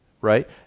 right